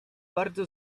bardzo